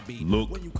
look